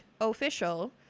official